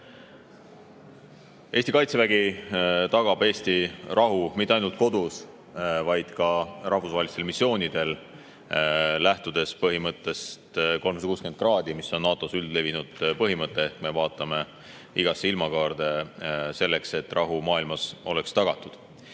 Eesti Kaitsevägi tagab Eesti rahu mitte ainult kodus, vaid ka rahvusvahelistel missioonidel, lähtudes põhimõttest "360 kraadi", mis on NATO‑s üldlevinud põhimõte: me vaatame igasse ilmakaarde selleks, et rahu maailmas oleks tagatud.